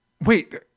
wait